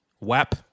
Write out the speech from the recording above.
Wap